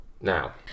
now